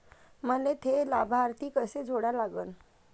मले थे लाभार्थी कसे जोडा लागन?